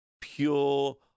pure